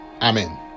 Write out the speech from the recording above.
Amen